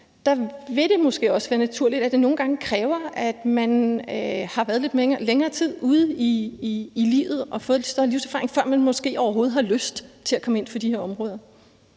for nogle fag måske også vil være naturligt, at det nogle gange kræver, at man har været lidt længere tid ude i livet og fået lidt større livserfaring, før man overhovedet har lyst til at komme ind på de her områder.